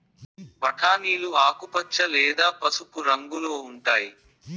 బఠానీలు ఆకుపచ్చ లేదా పసుపు రంగులో ఉంటాయి